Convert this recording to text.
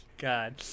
god